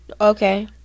okay